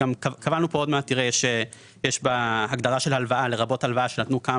קבענו כאן - עוד מעט תראה שיש בהגדרה של הלוואה לרבות הלוואה שנתנו כמה